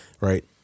Right